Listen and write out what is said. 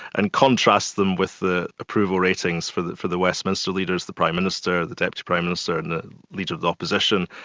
and contrast them with the approval ratings for the for the westminster leaders the prime minister, the deputy prime minister, and the leader of the opposition,